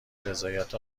رضایت